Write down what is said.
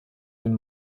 den